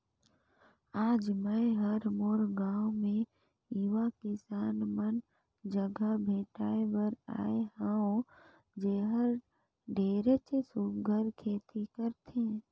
आज मैं हर मोर गांव मे यूवा किसान मन जघा भेंटाय बर आये हंव जेहर ढेरेच सुग्घर खेती करथे